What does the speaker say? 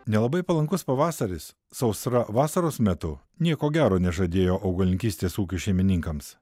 nelabai palankus pavasaris sausra vasaros metu nieko gero nežadėjo augalininkystės ūkių šeimininkams